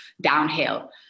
downhill